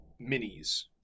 minis